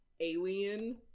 Alien